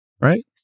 right